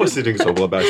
pasirink sau labiausiai